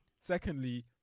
Secondly